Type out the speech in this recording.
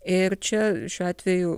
ir čia šiuo atveju